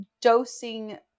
dosing